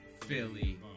Philly